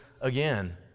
again